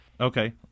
Okay